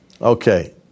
okay